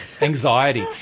anxiety